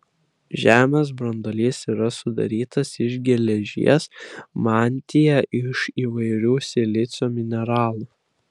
žemės branduolys yra sudarytas iš geležies mantija iš įvairių silicio mineralų